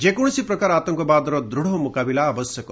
ଯେକୌଣସି ପ୍ରକାର ଆତଙ୍କବାଦର ଦୂଢ ମୁକାବିଲା ଆବଶ୍ୟକ